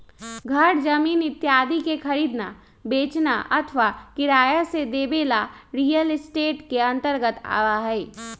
घर जमीन इत्यादि के खरीदना, बेचना अथवा किराया से देवे ला रियल एस्टेट के अंतर्गत आवा हई